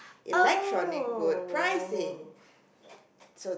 oh